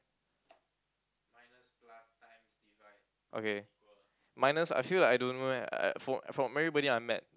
okay minus I feel like I don't know eh I from from everybody I met